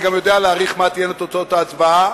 אני גם יודע להעריך מה תהיינה תוצאות ההצבעה.